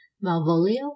Malvolio